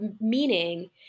meaning